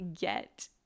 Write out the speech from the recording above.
get